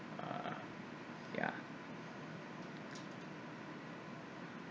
uh yeah